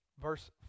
Verse